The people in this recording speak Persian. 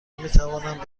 میتوانند